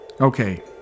Okay